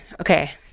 Okay